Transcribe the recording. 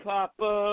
Papa